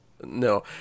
no